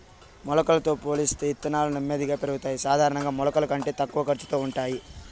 మొలకలతో పోలిస్తే ఇత్తనాలు నెమ్మదిగా పెరుగుతాయి, సాధారణంగా మొలకల కంటే తక్కువ ఖర్చుతో ఉంటాయి